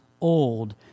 old